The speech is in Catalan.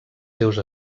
seus